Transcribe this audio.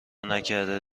نکرده